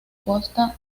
costa